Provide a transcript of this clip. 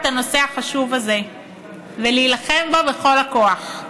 את הנושא החשוב הזה ולהילחם בכל הכוח,